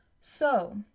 So